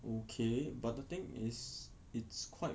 okay but the thing is it's quite